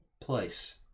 place